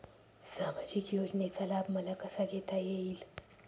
सामाजिक योजनेचा लाभ मला कसा घेता येईल?